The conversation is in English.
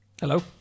Hello